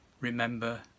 remember